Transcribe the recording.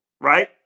right